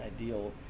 ideal